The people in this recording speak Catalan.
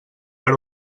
per